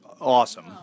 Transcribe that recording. awesome